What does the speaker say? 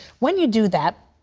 when you do that,